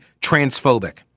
transphobic